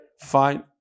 fine